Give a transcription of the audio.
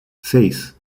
seis